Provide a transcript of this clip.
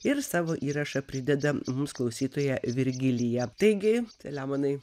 ir savo įrašą prideda mums klausytoja virgilija taigi selemonai